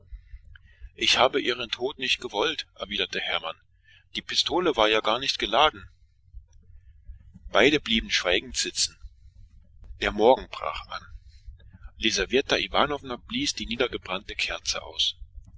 ich wollte ihren tod nicht antwortete hermann meine pistole war nicht geladen beide schwiegen der morgen brach an lisaweta iwanowna löschte die niedergebrannte kerze aus